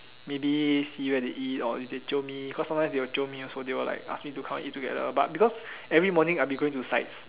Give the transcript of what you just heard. maybe see where they eat or if they jio me cause sometimes they will jio me also they will like ask me to come and eat together but because every morning I'll be going to